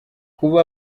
kuba